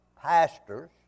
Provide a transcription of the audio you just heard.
pastors